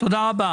תודה.